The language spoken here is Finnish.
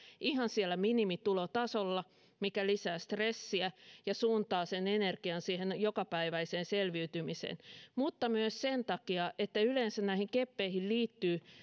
ihan siellä minimitulotasolla kasvava epävarmuus tuloista joka lisää stressiä ja suuntaa sen energian siihen jokapäiväiseen selviytymiseen mutta myös sen takia että yleensä näihin keppeihin liittyy